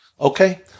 Okay